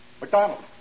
McDonald